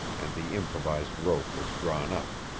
and the improvised rope was drawn up.